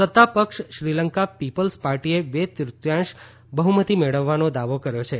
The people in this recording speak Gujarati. સત્તા પક્ષ શ્રીલંકા પીપલ્સ પાર્ટીએ બે તૃત્યાંશ બહ્મતી મેળવવાનો દાવો કર્યો છે